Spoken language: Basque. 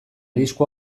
disko